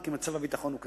כי מצב הביטחון הוא כזה.